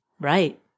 Right